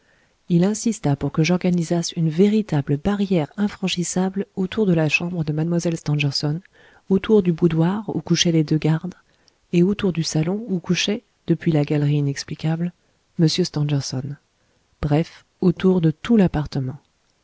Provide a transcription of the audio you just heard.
il insista pour que j'organisasse une véritable barrière infranchissable autour de la chambre de mlle stangerson autour du boudoir où couchaient les deux gardes et autour du salon où couchait depuis la galerie inexplicable m stangerson bref autour de tout l'appartement